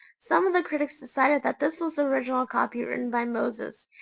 some of the critics decided that this was the original copy written by moses,